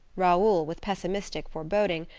raoul, with pessimistic foreboding,